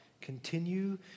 continue